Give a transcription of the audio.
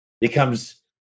becomes